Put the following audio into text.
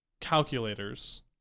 calculators